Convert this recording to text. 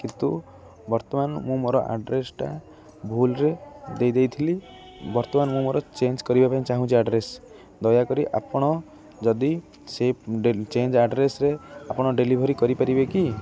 କିନ୍ତୁ ବର୍ତ୍ତମାନ ମୁଁ ମୋର ଆଡ଼୍ରେସ୍ଟା ଭୁଲରେ ଦେଇ ଦେଇଥିଲି ବର୍ତ୍ତମାନ ମୁଁ ମୋର ଚେଞ୍ଜ କରିବା ପାଇଁ ଚାହୁଁଛି ଆଡ଼୍ରେସ୍ ଦୟାକରି ଆପଣ ଯଦି ସେଇ ଚେଞ୍ଜ ଆଡ଼୍ରେସ୍ରେ ଆପଣ ଡେଲିଭରି କରିପାରିବେ କି